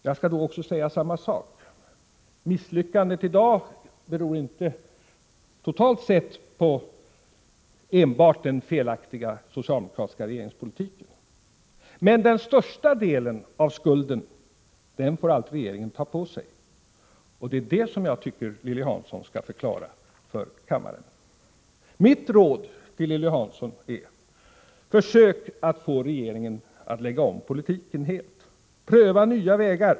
Jag skall säga på samma sätt: Misslyckandet i dag beror inte bara på den felaktiga socialdemokratiska regeringspolitiken. Men den största delen av skulden får allt regeringen ta på sig, och det är detta jag tycker att Lilly Hansson skall förklara för kammaren. Mitt råd till Lilly Hansson är: Försök att få regeringen att lägga om politiken. Pröva nya vägar!